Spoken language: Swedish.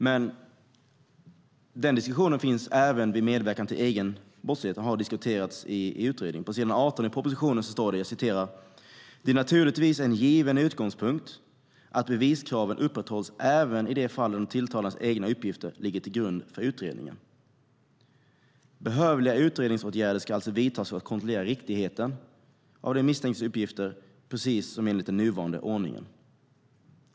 Men den diskussionen finns även vid medverkan till utredning av egen brottslighet och har diskuterats i utredningen. På s. 18 i propositionen står det: Det är naturligtvis en given utgångspunkt att beviskraven upprätthålls även i de fall där den tilltalades egna uppgifter ligger till grund för utredningen. Behövliga utredningsåtgärder ska alltså vidtas för att kontrollera riktigheten av den misstänktes uppgifter, precis som enligt den nuvarande ordningen.